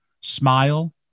smile